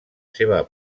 seva